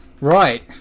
Right